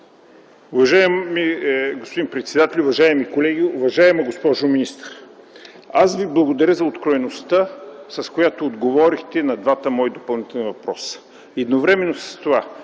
Уважаеми господин председател, уважаеми колеги, уважаема госпожо министър! Аз Ви благодаря за откровеността, с която отговорихте на моите два допълнителни въпроса.